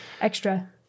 extra